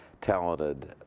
talented